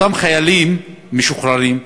אותם חיילים משוחררים,